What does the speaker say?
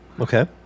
Okay